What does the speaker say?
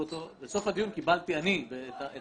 כי בסוף הדיון אני קיבלתי את החומר.